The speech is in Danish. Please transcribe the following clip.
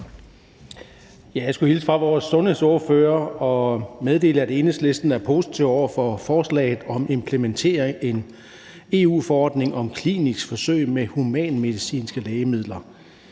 Jeg skulle hilse fra vores sundhedsordfører og meddele, at Enhedslisten er positive over for forslaget om at implementere en EU-forordning om kliniske forsøg med humanmedicinske lægemidler.